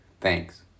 Thanks